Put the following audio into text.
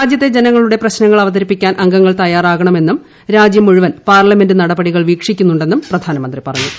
രാജ്യത്തെ ജനങ്ങളുടെ പ്രശ്നങ്ങൾ അവതരിപ്പിക്കാൻ അംഗങ്ങൾ തയ്യാറാകണമെന്നും രാജ്യം മുഴുവൻ പാർലമെന്റ് നടപടികൾ വീക്ഷിക്കുന്നുണ്ടെന്നും പ്രധാനമന്ത്രി പറഞ്ഞു